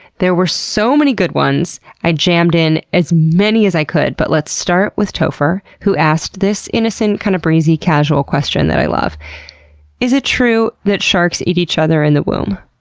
there were so many good ones, i jammed in as many as i could. but let's start with topher who asked this innocent, kind of breezy, casual question that i love is it true that sharks eat each other in the womb?